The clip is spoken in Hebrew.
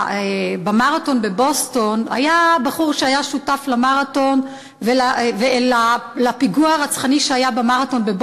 במרתון בבוסטון היה בחור שהיה שותף לפיגוע הרצחני שהיה במרתון הזה.